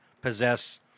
possess